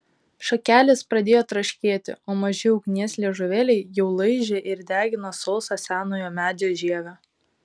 šakelės pradėjo traškėti o maži ugnies liežuvėliai jau laižė ir degino sausą senojo medžio žievę